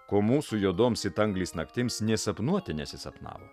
ko mūsų juodoms it anglys naktims nė sapnuote nesisapnavo